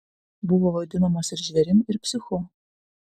buvo vadinamas ir žvėrim ir psichu